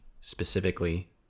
specifically